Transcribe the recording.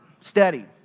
steady